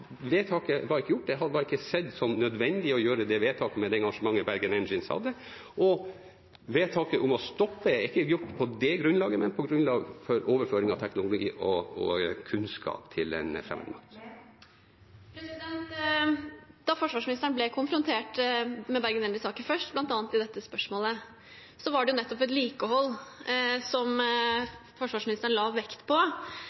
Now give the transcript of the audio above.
vedtaket med det engasjementet Bergen Engines hadde, og vedtaket om å stoppe er ikke gjort på det grunnlaget, men på grunnlag av overføring av teknologi og kunnskap til en fremmed makt. Emilie Enger Mehl – til oppfølgingsspørsmål. Da forsvarsministeren ble konfrontert med Bergen Engines-saken først, bl.a. i dette spørsmålet, var det nettopp vedlikehold forsvarsministeren la vekt på.